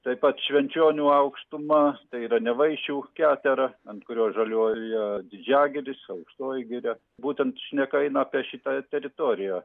taip pat švenčionių aukštuma tai yra nevaišių ketera ant kurios žaliuoja didžiagiris aukštoji giria būtent šneka eina apie šitą teritoriją